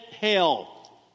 hell